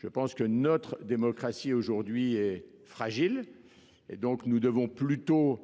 confirmer que notre démocratie est aujourd’hui fragile. Nous devons plutôt,